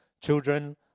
children